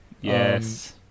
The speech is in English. yes